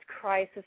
crisis